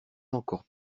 encore